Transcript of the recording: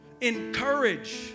encourage